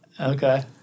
Okay